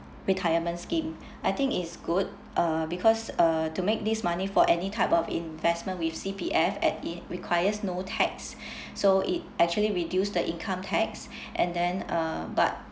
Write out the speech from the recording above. retirement scheme I think it's good uh because uh to make this money for any type of investment with C_P_F at it requires no tax so it actually reduce the income tax and then uh but